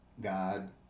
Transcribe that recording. God